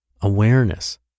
Awareness